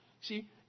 See